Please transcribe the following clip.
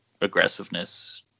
aggressiveness